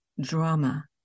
drama